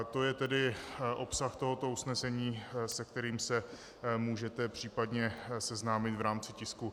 To je tedy obsah tohoto usnesení, se kterým se můžete případně seznámit v rámci tisku 446.